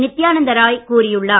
நித்தியானந்த ராய் கூறியுள்ளார்